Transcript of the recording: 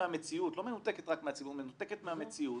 רק מהציבור, מנותקת מהמציאות